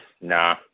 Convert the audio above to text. Nah